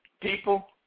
people